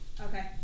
Okay